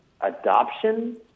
adoption